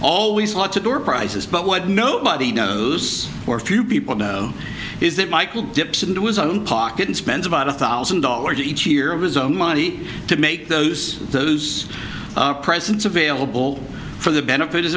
always lots of door prizes but what nobody knows or few people know is that michael dips into his own pocket and spends about one thousand dollars each year of his own money to make those those presents available for the benefit